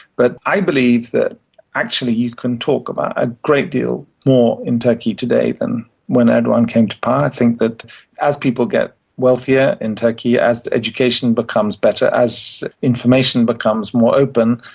but i believe that actually you can talk about a great deal more in turkey today than when erdogan came to power. i think that as people get wealthier in turkey, as education becomes better, as information becomes more open,